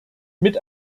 mit